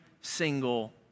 single